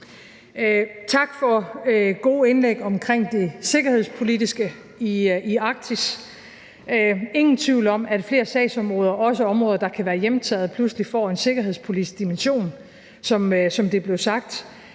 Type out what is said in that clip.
Tak for gode indlæg omkring det sikkerhedspolitiske i Arktis. Der er ingen tvivl om, at flere sagsområder, også områder, der kan være hjemtaget, pludselig får en sikkerhedspolitisk dimension, som det blev sagt.